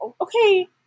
okay